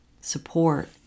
support